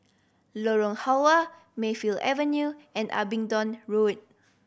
Lorong Halwa Mayfield Avenue and Abingdon Road